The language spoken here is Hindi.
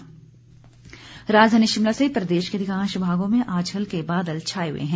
मौसम राजधानी शिमला सहित प्रदेश के अधिकांश भागों में आज हल्के बादल छाए हुए हैं